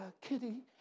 kitty